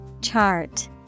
Chart